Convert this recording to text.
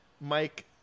Mike